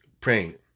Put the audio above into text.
praying